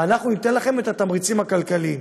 ואנחנו ניתן לכם את התמריצים הכלכליים,